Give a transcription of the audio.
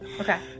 okay